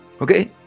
okay